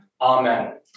Amen